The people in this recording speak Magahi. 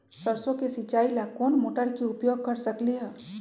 सरसों के सिचाई ला कोंन मोटर के उपयोग कर सकली ह?